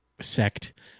sect